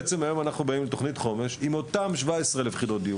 בעצם היום באים עם תוכנית חומש עם אותן 17,000 יחידות דיור.